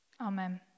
Amen